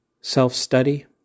self-study